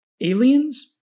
aliens